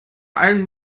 ein